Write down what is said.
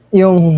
yung